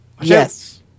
Yes